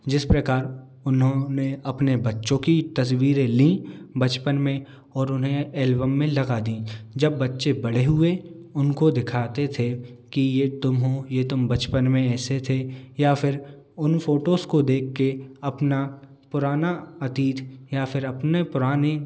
जिस प्रकार उन्होंने अपने बच्चों की तस्वीरें लीं बचपन में और उन्हें एल्बम में लगा दीं जब बच्चे पड़े हुए उनको दिखाते थे कि ये तुम हो ये तुम बचपन में ऐसे थे या फिर उन फोटोस को देख कर अपना पुराना अतीत या फिर अपने पुराने